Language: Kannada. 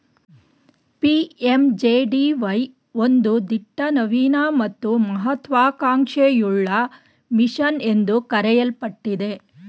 ಪಿ.ಎಂ.ಜೆ.ಡಿ.ವೈ ಒಂದು ದಿಟ್ಟ ನವೀನ ಮತ್ತು ಮಹತ್ವ ಕಾಂಕ್ಷೆಯುಳ್ಳ ಮಿಷನ್ ಎಂದು ಕರೆಯಲ್ಪಟ್ಟಿದೆ